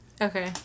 Okay